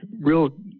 real